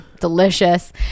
delicious